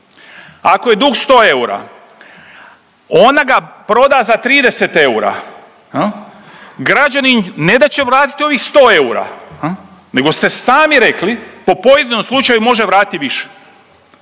ako je dug 100 eura ona ga proda za 30 eura, građanin ne da će vratiti ovih 100 eura nego ste sami rekli po pojedinom slučaju može vratit i više.